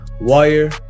wire